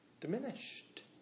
diminished